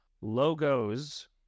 Logos